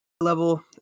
level